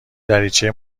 دریچه